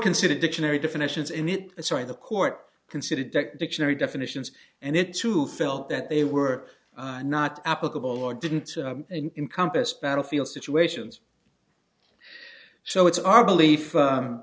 considered dictionary definitions in it sorry the court considered deck dictionary definitions and it too felt that they were not applicable or didn't in compass battlefield situations so it's our belief